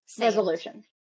Resolution